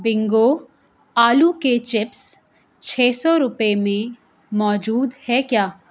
Bingo آلو کے chips چھ سو روپئے میں موجود ہے کیا